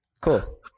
cool